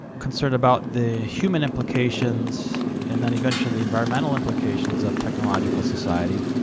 concerned about the human implications and then eventually the environmental implications of technological society.